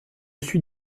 suis